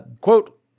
quote